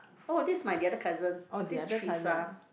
oh this is my the other cousin this Trisa